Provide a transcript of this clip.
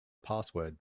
password